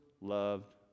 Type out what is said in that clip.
loved